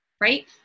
right